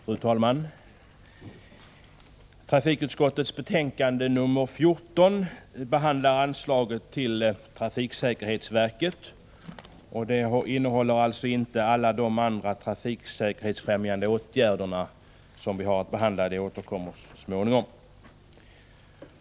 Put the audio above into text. Fru talman! Trafikutskottets betänkande 14 behandlar anslag till trafiksäkerhetsverket. Det omfattar alltså inte alla de andra trafiksäkerhetsfrämjande åtgärder som vi har att behandla, utan de återkommer vi till så småningom.